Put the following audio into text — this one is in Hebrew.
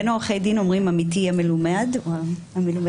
בין עורכי הדין אומרים עמיתי המלומד או המלומדת,